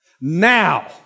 Now